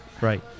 right